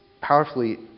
powerfully